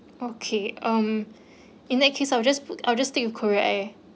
okay um in that case I will just I will just stick with korea air